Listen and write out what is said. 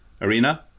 Arena